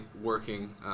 working